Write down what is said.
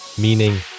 meaning